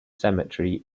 cemetery